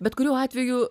bet kuriuo atveju